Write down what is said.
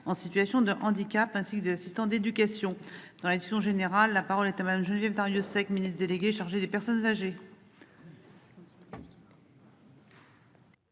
en situation de handicap ainsi que des assistants d'éducation dans l'action générale. La parole est à Madame Geneviève Darrieussecq, ministre déléguée chargée des personnes âgées.--